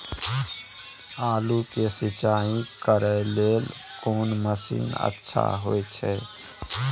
आलू के सिंचाई करे लेल कोन मसीन अच्छा होय छै?